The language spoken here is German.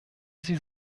sie